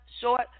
short